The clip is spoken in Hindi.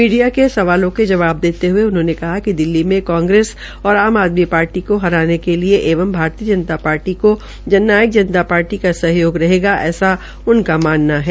मीडिया के सवालों का जवाब देते हये उन्होंने कहा दिल्ली में कांग्रेस और आम आदमी पार्टी को हराने के लिए एवं भारतीय जनता पार्टी को जन नायक जनता पार्टी का सहयोग रहेगा ऐसा उनका मानना है